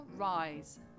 Rise